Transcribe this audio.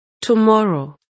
Tomorrow